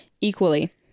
equally